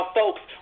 folks